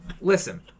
listen